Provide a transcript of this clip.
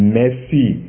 mercy